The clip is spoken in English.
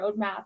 roadmap